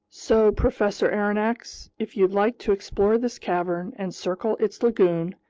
so, professor aronnax, if you'd like to explore this cavern and circle its lagoon,